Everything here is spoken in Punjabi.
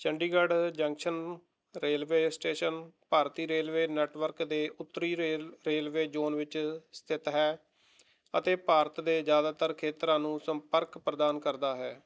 ਚੰਡੀਗੜ੍ਹ ਜੰਕਸ਼ਨ ਰੇਲਵੇ ਸਟੇਸ਼ਨ ਭਾਰਤੀ ਰੇਲਵੇ ਨੈੱਟਵਰਕ ਦੇ ਉੱਤਰੀ ਰੇਲ ਰੇਲਵੇ ਜ਼ੋਨ ਵਿੱਚ ਸਥਿਤ ਹੈ ਅਤੇ ਭਾਰਤ ਦੇ ਜ਼ਿਆਦਾਤਰ ਖੇਤਰਾਂ ਨੂੰ ਸੰਪਰਕ ਪ੍ਰਦਾਨ ਕਰਦਾ ਹੈ